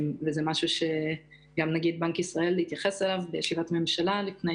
נגיד בנק ישראל התייחס לכך בישיבת ממשלה לפני